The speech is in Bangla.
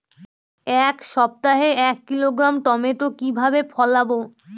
এক সপ্তাহে এক কিলোগ্রাম টমেটো কিভাবে ফলাবো?